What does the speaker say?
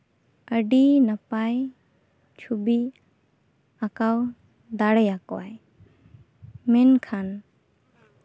ᱟᱹᱰᱤ ᱱᱟᱯᱟᱭ ᱪᱷᱚᱵᱤᱭ ᱟᱸᱠᱟᱣ ᱫᱟᱲᱮ ᱟᱠᱚᱣᱟᱭ ᱢᱮᱱᱠᱷᱟᱱ